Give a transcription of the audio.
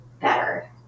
better